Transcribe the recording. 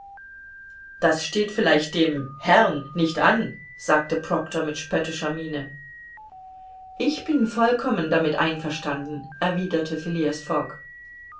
das steht vielleicht dem herrn nicht an sagte proctor mit spöttischer miene ich bin vollkommen damit einverstanden erwiderte